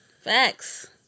Facts